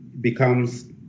becomes